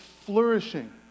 flourishing